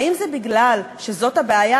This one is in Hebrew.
האם זה מפני שזאת הבעיה,